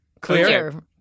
Clear